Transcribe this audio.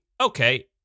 okay